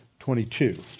22